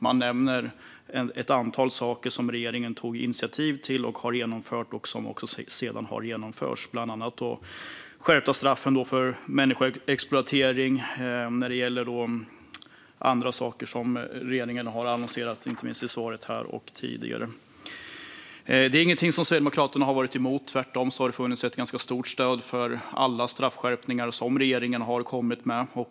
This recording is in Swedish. Man nämner ett antal saker som regeringen tog initiativ till och sedan också har genomfört, bland annat skärpta straff för människoexploatering och andra saker som regeringen har annonserat, inte minst i svaret här i dag och tidigare. Detta är inget som Sverigedemokraterna har varit emot. Det har tvärtom funnits ett ganska stort stöd för alla straffskärpningar som regeringen har kommit med.